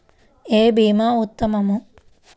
ఏ భీమా ఉత్తమము?